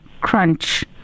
crunch